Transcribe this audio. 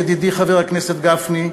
ידידי חבר הכנסת גפני,